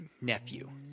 nephew